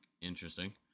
interesting